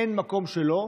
אין מקום שלא,